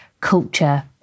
culture